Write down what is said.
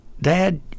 Dad